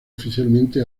oficialmente